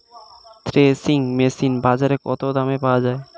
Threshing machine বাজারে কত দামে পাওয়া যায়?